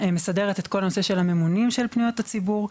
מסדרת את כל הנושא של הממונים של פניות הציבור.